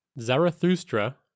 Zarathustra